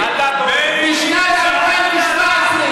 אבו סולב,